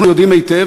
אנחנו יודעים היטב,